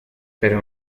pero